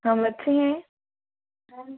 हम अच्छे हैं